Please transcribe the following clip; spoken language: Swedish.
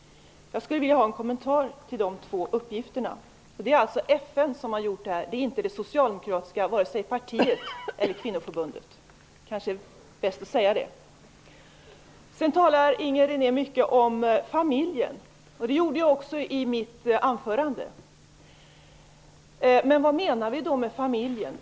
Jag skulle vilja ha en kommentar till de två uppgifterna. Uppgifterna kommer från FN och inte från det socialdemokratiska partiet eller från kvinnoförbundet. Det kanske är bäst att säga det. Inger René talar mycket om familjen. Det gjorde jag också i mitt anförande. Vad menar vi då med en familj?